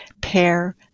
pair